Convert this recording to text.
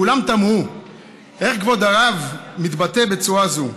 כולם תמהו איך כבוד הרב מתבטא בצורה זו.